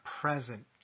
present